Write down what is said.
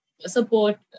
support